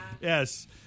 Yes